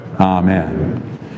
Amen